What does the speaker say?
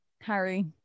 Harry